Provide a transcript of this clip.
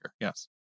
Yes